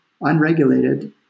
unregulated